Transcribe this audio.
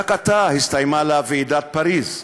רק עתה הסתיימה לה ועידת פריז.